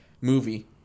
movie